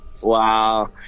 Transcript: Wow